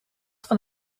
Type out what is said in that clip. van